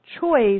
choice